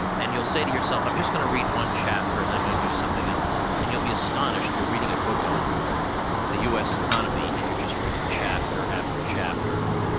and you'll say to yourself, i'm just going to read one chapter, and i'm going to do something else. and you'll be astonished you're reading a book on the us economy, and you're just reading chapter after chapter.